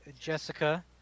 Jessica